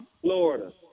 Florida